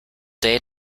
day